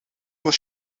was